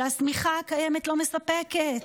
שהשמיכה הקיימת לא מספקת.